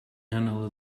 nghanol